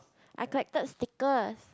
I collected stickers